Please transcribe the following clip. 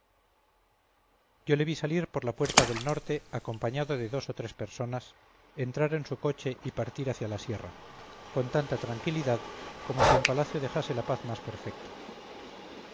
yo le vi salir por la puerta del norte acompañado de dos o tres personas entrar en su coche y partir hacia la sierra con tanta tranquilidad como si en palacio dejase la paz más perfecta